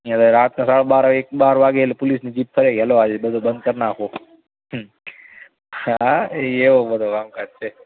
અહીંયા તો હવે રાતના સાડા બાર એક બાર વાગે એટલે પોલીસની જીપ ફરે કે ચાલો આ જે બધો બંધ કરી નાખો હા એ એવો બધો કામકાજ છે